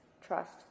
trust